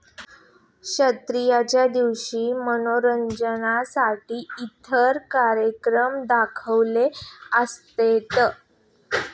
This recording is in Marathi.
क्षेत्राच्या दिवशी मनोरंजनासाठी इतर कार्यक्रम देखील असतात